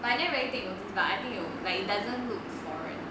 but I never really take notice but I think 有 like doesn't look foreign